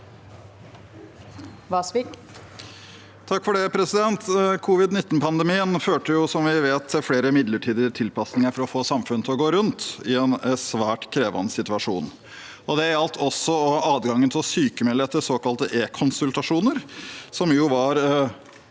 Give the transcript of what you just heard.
Covid-19-pandemien førte, som vi vet, til flere midlertidige tilpasninger for å få samfunnet til å gå rundt i en svært krevende situasjon. Det gjaldt også adgangen til å sykmelde etter såkalte e-konsultasjoner, som